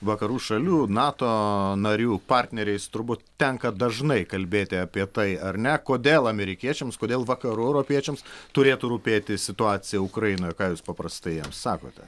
vakarų šalių nato narių partneriais turbūt tenka dažnai kalbėti apie tai ar ne kodėl amerikiečiams kodėl vakarų europiečiams turėtų rūpėti situacija ukrainoj ką jūs paprastai jiem sakote